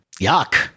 Yuck